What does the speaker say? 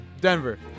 Denver